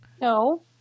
No